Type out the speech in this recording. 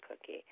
cookie